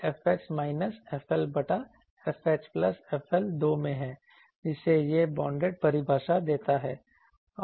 तो यह fH minus fL बटा fH प्लस fL 2 में है जिससे यह बांडिड परिभाषा देता है